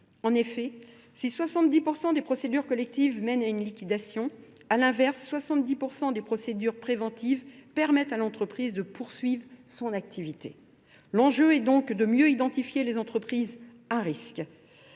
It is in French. En effet, si 70% des procédures collectives mènent à une liquidation, à l'inverse, 70% des procédures préventives permettent à l'entreprise de poursuivre son activité. L'enjeu est donc de mieux identifier les entreprises à risque.